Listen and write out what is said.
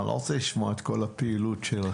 אבל אני לא רוצה לשמוע על כל הפעילות שלכם.